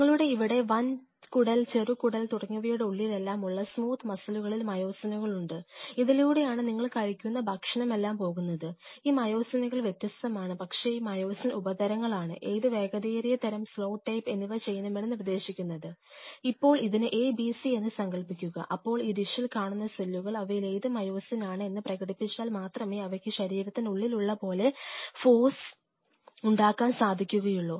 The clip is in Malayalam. നിങ്ങളുടെ ഇവിടെ വൻ കുടൽ ചെറുകുടൽ തുടങ്ങിയവയുടെ ഉള്ളിലെല്ലാം ഉള്ള സ്മൂത്ത് മസിലുകളിൽ മയോസിനുകളുണ്ട് ഇതിലൂടെയാണ് നിങ്ങൾ കഴിക്കുന്ന ഭക്ഷണമെല്ലാം പോകുന്നത് കാണുന്ന സെല്ലുകൾ അവയിൽ ഏത് മയോസിനാണ് എന്ന് പ്രകടിപ്പിച്ചാൽ മാത്രമേ അവയ്ക്ക് ശരീരത്തിനുള്ളിൽ ഉള്ള പോലെ ഫോഴ്സ് ഉണ്ടാക്കാൻ സാധിക്കു